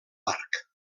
parc